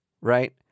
right